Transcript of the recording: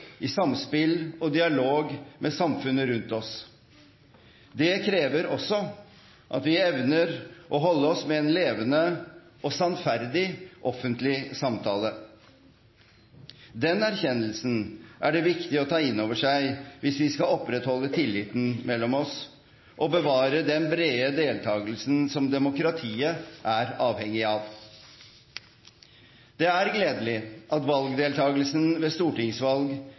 i samspill og dialog med samfunnet rundt oss. Det krever også at vi evner å holde oss med en levende og sannferdig offentlig samtale. Den erkjennelsen er det viktig å ta inn over seg hvis vi skal opprettholde tilliten mellom oss og bevare den brede deltakelsen som demokratiet er avhengig av. Det er gledelig at valgdeltakelsen ved stortingsvalg